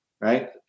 right